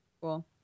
Cool